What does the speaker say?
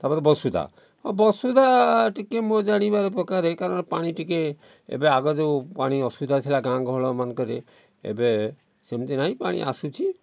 ତା'ପରେ ବସୁଧା ହଁ ବସୁଧା ଟିକେ ମୋ ଜାଣିବାରେ ପ୍ରକାରେ କାରଣ ପାଣି ଟିକେ ଏବେ ଆଗ ଯେଉଁ ପାଣି ଅସୁବିଧା ଥିଲା ଗାଁ ଗହଳମାନଙ୍କରେ ଏବେ ସେମତି ନାହିଁ ପାଣି ଆସୁଛି